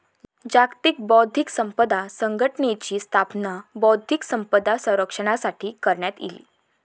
जागतिक बौध्दिक संपदा संघटनेची स्थापना बौध्दिक संपदा संरक्षणासाठी करण्यात इली